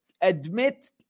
admit